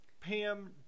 Pam